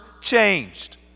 changed